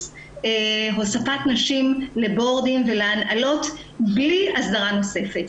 הוספת נשים לבורדים ולהנהלות בלי אסדרה נוספת,